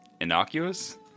innocuous